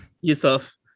Yusuf